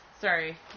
Sorry